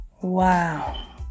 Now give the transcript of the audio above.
Wow